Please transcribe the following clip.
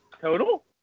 Total